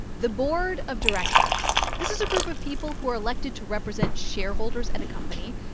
the board of directors this is a group of people who are elected to represent shareholders at a company.